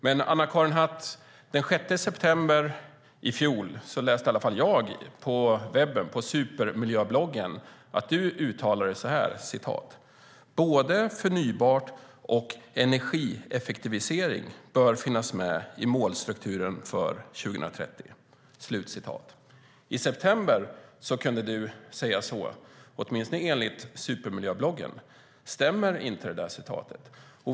Men, Anna-Karin Hatt, den 6 september i fjol läste i alla fall jag på webben, på Supermiljöbloggen, att du hade uttalat dig så här: "Både förnybart och energieffektivisering bör finnas med i målstrukturen för 2030." Det kunde du säga i september, åtminstone enligt Supermiljöbloggen. Stämmer inte det citatet?